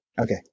okay